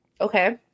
Okay